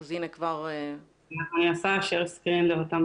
אנחנו מדברים על כ-400,000